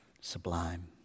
sublime